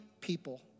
people